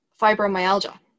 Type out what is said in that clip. fibromyalgia